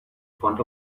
front